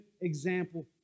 example